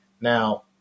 now